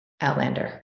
Outlander